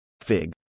Fig